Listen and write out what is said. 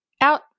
Out